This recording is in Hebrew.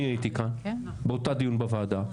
אני הייתי כאן באותו דיון בוועדה.